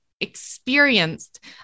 experienced